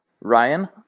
Ryan